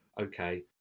okay